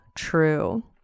true